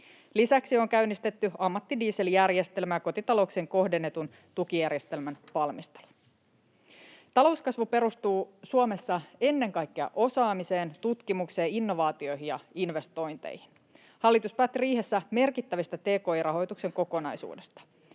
Lisäksi on käynnistetty ammattidieseljärjestelmä ja kotitalouksien kohdennetun tukijärjestelmän valmistelu. Talouskasvu perustuu Suomessa ennen kaikkea osaamiseen, tutkimukseen, innovaatioihin ja investointeihin. Hallitus päätti riihessä merkittävästä tki-rahoituksen kokonaisuudesta: